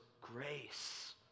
grace